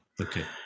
Okay